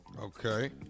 Okay